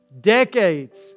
Decades